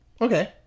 Okay